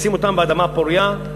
לשים אותם באדמה פורייה,